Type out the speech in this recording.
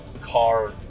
car